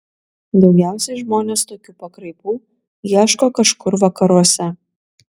daugiausiai žmonės tokių pakraipų ieško kažkur vakaruose